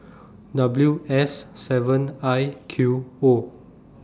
W S seven I Q O